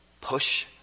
Push